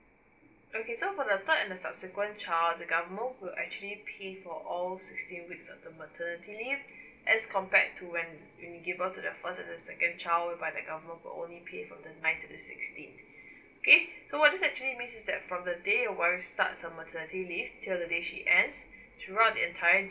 okay so for the third and the subsequent child the government will actually pay for all sixteen weeks of the maternity leave as compared to when when you give birth to the first and the second child whereby the government will only pay for the ninth to the sixteenth okay so this actually mean is that from the day your wife starts her maternity leave till the day she ends throughout the entire